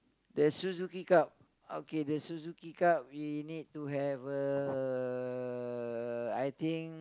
the Suzuki-Cup okay the Suzuki-Cup we need to have uh I think